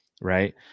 right